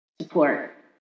support